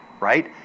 right